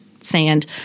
sand